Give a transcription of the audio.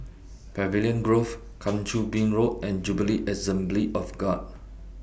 Pavilion Grove Kang Choo Bin Road and Jubilee Assembly of God